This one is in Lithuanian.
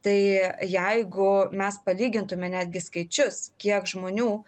tai jeigu mes palygintume netgi skaičius kiek žmonių